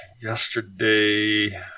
yesterday